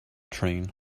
train